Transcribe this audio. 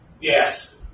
Yes